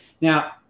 Now